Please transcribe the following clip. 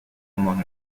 among